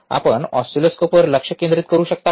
आपण ऑसिलोस्कोपवर लक्ष केंद्रित करू शकता का